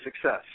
success